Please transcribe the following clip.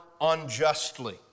unjustly